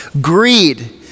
greed